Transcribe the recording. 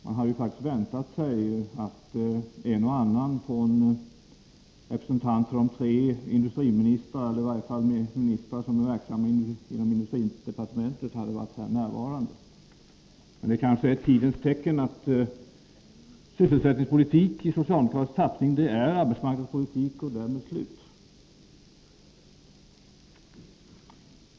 Man hade faktiskt väntat sig att en eller annan av de övriga ministrar som är verksamma inom industridepartementets område skulle ha varit närvarande. Men det är kanske tidens tecken att sysselsättningspolitik i socialdemokratisk tappning är arbetsmarknadspolitik och därmed punkt.